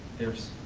there's